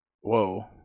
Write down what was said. whoa